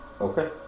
Okay